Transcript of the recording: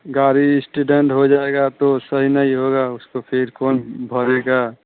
गाड़ी एक्सीडेन्ट हो जाएगा तो सही नहीं होगा तो उसको फिर कौन भरेगा